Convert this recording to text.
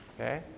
Okay